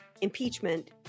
impeachment